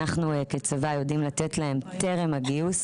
אנחנו כצבא יודעים לתת להם טרם הגיוס